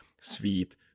sweet